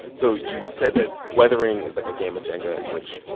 so you said that weathering is like a game of jenga in which,